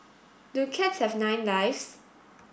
do cats have nine lives